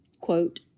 quote